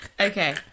Okay